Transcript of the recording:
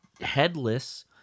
headless